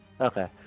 Okay